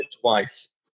twice